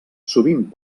sovint